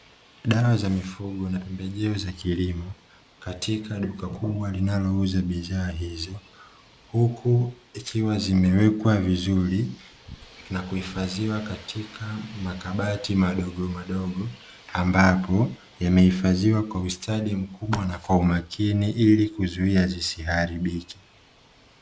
Dawa za mifugo na pembejeo za kilimo katika duka kubwa linalouza bidhaa hizo. Huku zikiwa zimewekwa vizuri na kuhifadhiwa katika makabati madogomadogo, ambapo yamehifadhiwa kwa ustadi mkubwa na kwa umakini ili kuzuia zisiharibike.